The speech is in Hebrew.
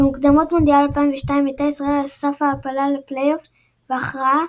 במוקדמות מונדיאל 2002 הייתה ישראל על סף העפלה לפלייאוף ההכרעה,